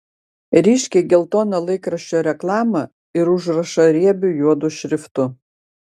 ryškiai geltoną laikraščio reklamą ir užrašą riebiu juodu šriftu